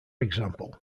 example